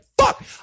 Fuck